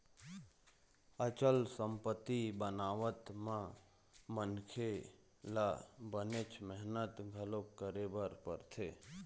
अचल संपत्ति बनावत म मनखे ल बनेच मेहनत घलोक करे बर परथे